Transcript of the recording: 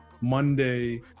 monday